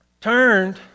turned